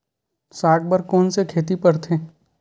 साग बर कोन से खेती परथे?